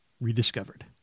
rediscovered